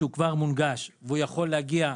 שהוא כבר מונגש ויכול להגיע.